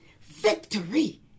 Victory